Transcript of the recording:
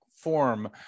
form